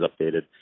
updated